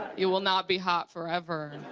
you will not be hot forever.